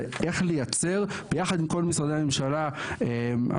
זה איך לייצר ביחד עם כל משרדי הממשלה המדהימים,